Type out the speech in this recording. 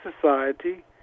society